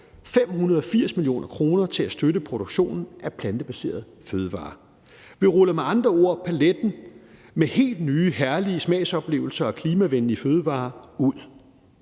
580 mio. kr. til at støtte produktionen af plantebaserede fødevarer. Vi ruller med andre ord paletten med helt nye herlige smagsoplevelser og klimavenlige fødevarer ud.